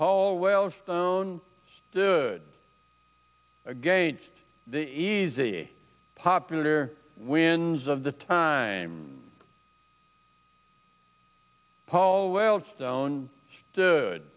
paul wellstone stood against the easy popular winds of the time paul wellstone good